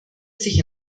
sich